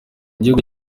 gihugu